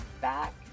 back